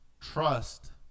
trust